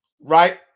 right